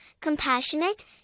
compassionate